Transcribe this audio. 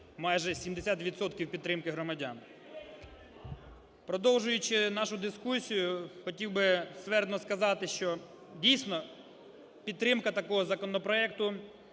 відсотків підтримки громадян. Продовжуючи нашу дискусію, хотів би ствердно сказати, що дійсно, підтримка такого законопроекту,